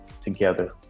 together